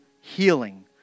healing